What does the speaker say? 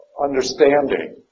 understanding